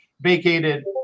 vacated